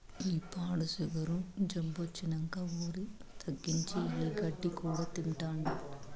ఈ పాడు సుగరు జబ్బొచ్చినంకా ఒరి తగ్గించి, ఈ గడ్డి కూడా తింటాండా